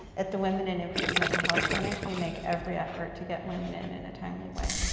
at the women and infant's mental health clinic, we make every effort to get women in in a timely way.